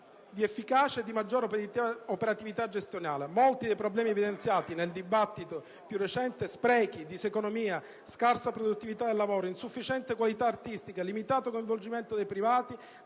di efficacia e di maggiore operatività gestionale. Molti dei problemi evidenziati nel dibattito più recente (sprechi, diseconomie, scarsa produttività del lavoro, insufficiente qualità artistica, limitato coinvolgimento dei privati,